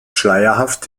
schleierhaft